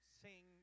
sing